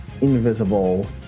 invisible